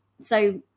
So-